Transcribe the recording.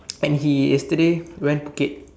and he yesterday went Phuket